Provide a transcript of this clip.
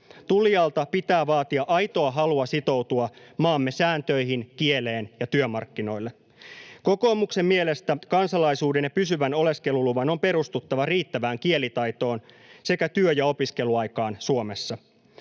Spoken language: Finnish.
Tulijalta pitää vaatia aitoa halua sitoutua maamme sääntöihin, kieleen ja työmarkkinoille. Kokoomuksen mielestä kansalaisuuden ja pysyvän oleskeluluvan on perustuttava riittävään kielitaitoon sekä työ- ja opiskeluaikaan Suomessa.